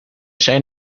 zijn